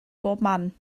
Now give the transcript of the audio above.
bobman